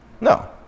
No